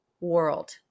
world